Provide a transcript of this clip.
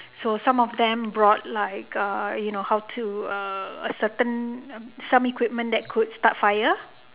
so some of them brought like uh you know how to err certain some equipment that could start fire